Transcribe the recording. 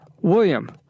William